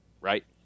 Right